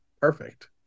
perfect